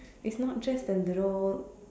it's not just the little